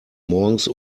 morgens